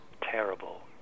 terrible